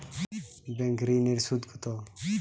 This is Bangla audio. ব্যাঙ্ক ঋন এর সুদ কত?